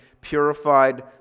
purified